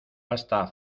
basta